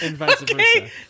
Okay